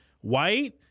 white